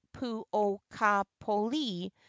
Puokapoli